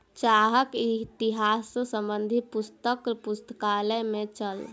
चाहक इतिहास संबंधी पुस्तक पुस्तकालय में छल